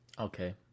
Okay